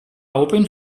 open